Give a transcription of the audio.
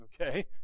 Okay